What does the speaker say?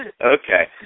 Okay